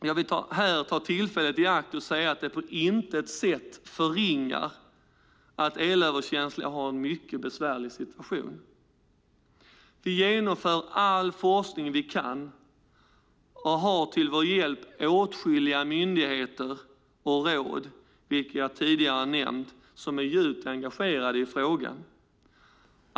Jag vill här ta tillfället i akt att säga att detta på intet sätt förringar att elöverkänsliga har en mycket besvärlig situation. Vi genomför all forskning vi kan och har till vår hjälp åtskilliga myndigheter och råd, vilka jag tidigare nämnt och som är djupt engagerade i frågan.